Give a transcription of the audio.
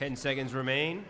ten seconds remain